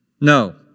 No